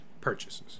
purchases